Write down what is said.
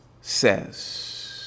says